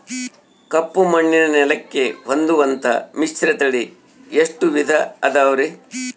ಕಪ್ಪುಮಣ್ಣಿನ ನೆಲಕ್ಕೆ ಹೊಂದುವಂಥ ಮಿಶ್ರತಳಿ ಎಷ್ಟು ವಿಧ ಅದವರಿ?